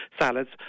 salads